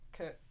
Okay